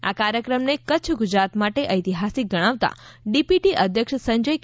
આ કાર્યક્રમને કચ્છ ગુજરાત માટે ઐતિહાસિક ગણાવતાં ડીપીટી અધ્યક્ષ સંજય કે